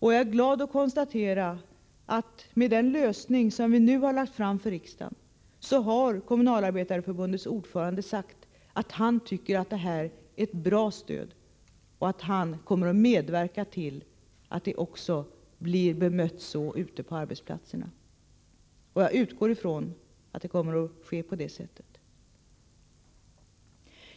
Jag är glad att kunna konstatera att Kommunalarbetareförbundets ordförande tycker att den lösning som vi nu har lagt fram för riksdagen är ett bra stöd. Han har sagt att han kommer att medverka till att det också blir positivt bemött ute på arbetsplatserna. Jag utgår ifrån att det kommer att bli på det sättet.